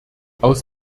aus